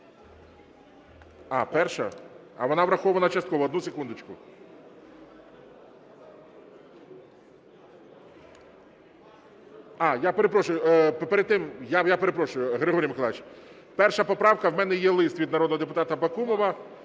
А, перша, а вона врахована частково, одну секундочку. Я перепрошую, Григорій Миколайович, 1 поправка, у мене є лист від народного депутата Бакумова,